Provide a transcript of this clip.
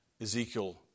Ezekiel